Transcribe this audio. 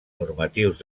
normatius